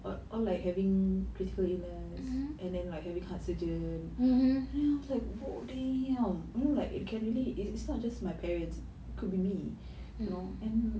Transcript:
or all like having critical illness and then like having heart surgery ya like goddamn you know like it can really is its not just my parents could be me you know and